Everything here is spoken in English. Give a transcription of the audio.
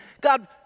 God